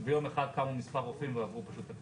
שביום אחד קמו כמה רופאים ועברו פשוט את הכביש.